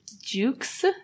Jukes